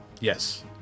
yes